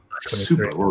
Super